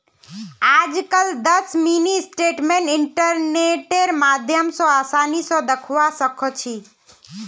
आजकल दस mini statement इन्टरनेटेर माध्यम स आसानी स दखवा सखा छी